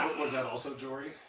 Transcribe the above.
was that also jory?